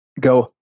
go